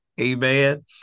Amen